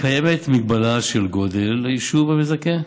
קיימת הגבלה של גודל היישוב המזכה,